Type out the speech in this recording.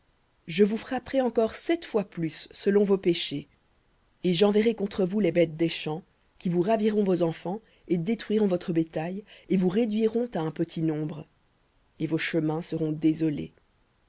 je vous frapperai encore sept fois plus selon vos péchés et j'enverrai contre vous les bêtes des champs qui vous raviront vos enfants et détruiront votre bétail et vous réduiront à un petit nombre et vos chemins seront désolés